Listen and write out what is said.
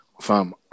fam